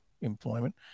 employment